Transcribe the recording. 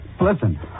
Listen